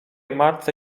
matce